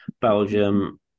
Belgium